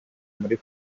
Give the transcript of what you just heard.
muri